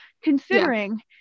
considering